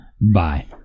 Bye